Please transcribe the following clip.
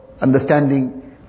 understanding